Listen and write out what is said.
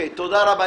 תודה רבה.